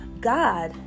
God